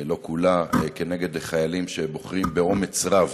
לא כולה, נגד חיילים שבוחרים, באומץ רב,